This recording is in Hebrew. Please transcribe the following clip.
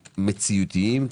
מציאותיים,